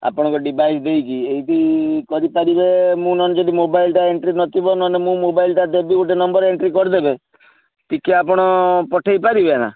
ଆପଣଙ୍କ ଡିଭାଇସ୍ ଦେଇକି ଏଇଠି କରିପାରିବେ ମୁଁ ନହେଲେ ଯଦି ମୋବାଇଲ୍ଟା ଏଣ୍ଟ୍ରି ନଥିବ ନହେଲେ ମୁଁ ମୋବାଇଲ୍ଟା ଦେବି ଗୋଟେ ନମ୍ବର ଏଣ୍ଟ୍ରି କରିଦେବେ ଟିକିଏ ଆପଣ ପଠାଇପାରିବେ ନା